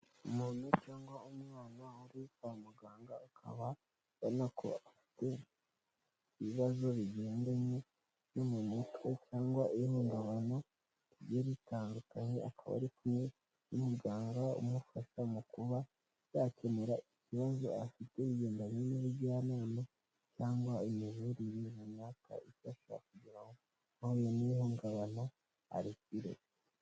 Umuntu cyangwa umwana wari kwa muganga akaba ubona ko afite ibibazo bigendanye no mu mutwe cyangwa ihungabana rigiye ritandukanye, akaba ari kumwe n'umuganga umufasha mu kuba yakemura ikibazo afite bijyendanye n'ubujyanama, cyangwa imivurire runaka ifasha kugira ngo uwahuye n'ihungabana, arikire.